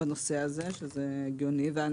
בנושא הזה, שזה הגיוני, וזה